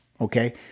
Okay